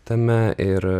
tame ir